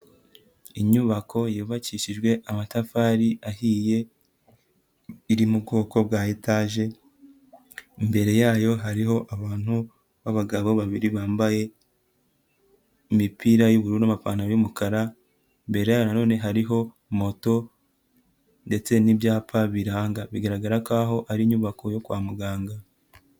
Inyubako yubakishijwe amatafari ahiye iri mu bwoko bwa etaje, imbere yayo hariho abantu babagabo babiri bambaye imipira y'ubururu n'amapantaro y'umukara, imbere yayo nanone hariho moto ndetse n'ibyapa biranga, bigaragara kaho ari inyubako yo kwa muganga.